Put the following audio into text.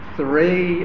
three